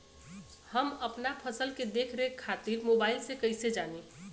हम अपना फसल के देख रेख खातिर मोबाइल से कइसे जानी?